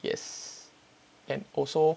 yes and also